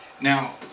Now